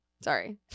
Sorry